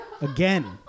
again